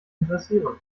interessieren